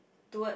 towards